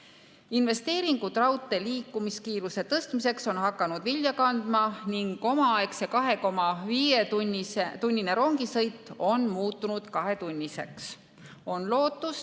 Investeeringud raudteel liikumise kiiruse suurendamiseks on hakanud vilja kandma ning omaaegne 2,5-tunnine rongisõit on muutunud kahetunniseks. On lootust,